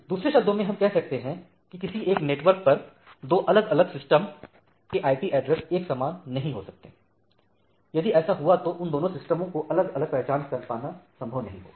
दूसरे शब्दों में हम यह कह सकते हैं कि किसी एक नेटवर्क पर दो अलग अलग सिस्टम के आईपी एड्रेस एक समान नहीं हो सकते यदि ऐसा हुआ तो उन दोनों सिस्टम को अलग अलग पहचान कर पाना संभव नहीं होगा